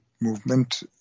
movement